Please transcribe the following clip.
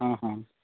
ಹ್ಞೂ ಹ್ಞೂ